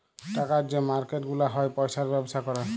টাকার যে মার্কেট গুলা হ্যয় পয়সার ব্যবসা ক্যরে